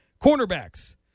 Cornerbacks